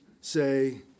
say